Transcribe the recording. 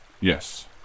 Yes